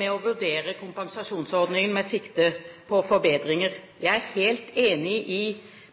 med å vurdere kompensasjonsordningen med sikte på forbedringer. Jeg er helt enig i